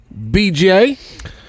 BJ